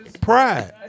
Pride